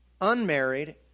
unmarried